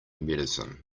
medicine